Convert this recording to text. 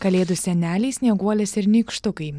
kalėdų seneliai snieguolės ir nykštukai